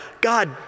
God